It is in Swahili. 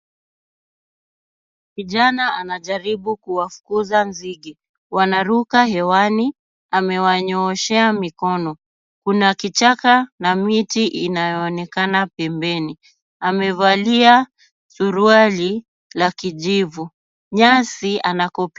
Kijana anajaribu kuwafukuza nzige ,wanaruka hewani, amewanyooshea mikono, kuna kichaka na miti inayoonekana pembeni amevalia suruali la kijivu ,nyasi anakopiga.